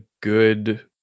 good